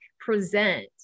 present